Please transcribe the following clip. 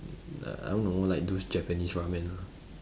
err I don't know like those japanese ramen lah